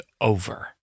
over